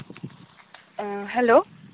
hello